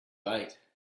late